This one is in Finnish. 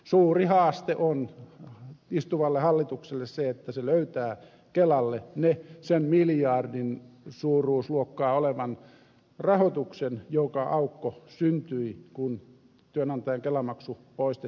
suuri haaste on istuvalle hallitukselle se että se löytää kelalle sen miljardin suuruusluokkaa olevan rahoituksen joka aukko syntyi kun työnantajan kelamaksu poistettiin